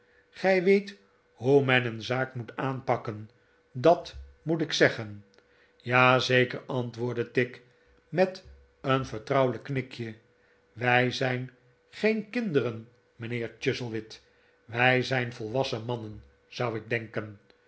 gij weet hoe men een zaak moet aanpakken dat moet ik zeggen t ja zeker antwoordde tigg met een vertrouwemjk knikje wij zijn geen kinderen mijnheer chuzzlewit wij zijn volwassen mannen zou ik denken